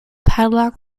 padlock